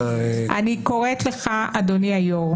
אני קוראת לך, אדוני היושב-ראש: